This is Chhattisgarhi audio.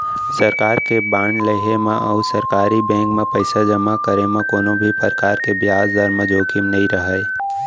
सरकार के बांड लेहे म अउ सरकारी बेंक म पइसा जमा करे म कोनों भी परकार के बियाज दर म जोखिम नइ रहय